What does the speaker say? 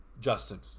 Justin